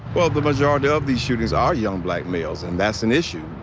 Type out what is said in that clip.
well, the majority of the shootings are young black males and that's an issue.